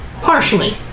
Partially